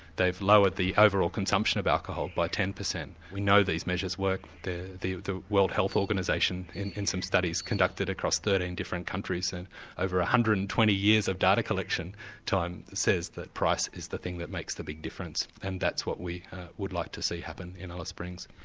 they've lowered the overall consumption of alcohol by ten percent. we know these measures work, the the world health organisation in in some studies conducted across thirteen different countries and over one ah hundred and twenty years of data collection time says that price is the thing that makes the big difference, and that's what we would like to see happen in alice springs.